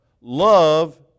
Love